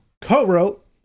co-wrote